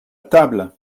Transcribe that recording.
table